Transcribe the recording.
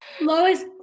Lois